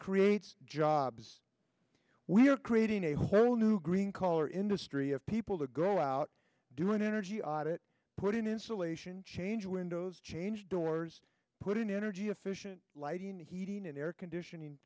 creates jobs we're creating a whole new green color industry of people to go out doing energy audit putting insulation change windows change doors put in energy efficient lighting heating and air conditioning